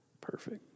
Perfect